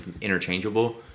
interchangeable